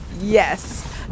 Yes